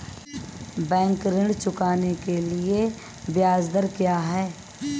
Bank ऋण चुकाने के लिए ब्याज दर क्या है?